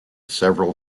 several